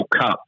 Cup